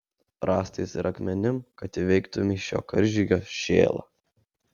rąstais ir akmenim kad įveiktumei šio karžygio šėlą